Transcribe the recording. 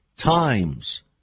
times